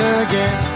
again